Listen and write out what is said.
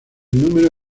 número